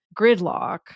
gridlock